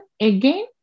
again